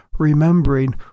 remembering